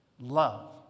Love